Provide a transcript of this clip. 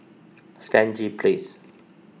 Stangee Place